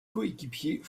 coéquipier